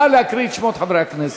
נא להקריא את שמות חברי הכנסת.